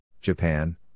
Japan